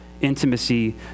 intimacy